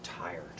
tired